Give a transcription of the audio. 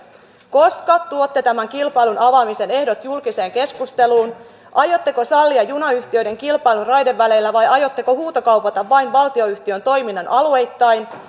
koska tuotte tämän kilpailun avaamisen ehdot julkiseen keskusteluun aiotteko sallia junayhtiöiden kilpailun raideväleillä vai aiotteko huutokaupata vain valtionyhtiön toiminnan alueittain